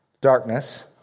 darkness